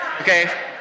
Okay